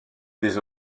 des